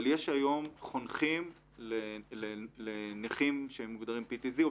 אבל יש היום חונכים לנכים שמוגדרים PTSD,